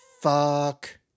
Fuck